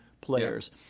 players